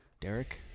Derek